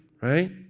right